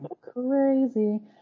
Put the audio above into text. Crazy